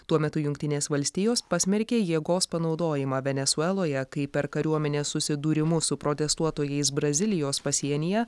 tuo metu jungtinės valstijos pasmerkė jėgos panaudojimą venesueloje kai per kariuomenės susidūrimus su protestuotojais brazilijos pasienyje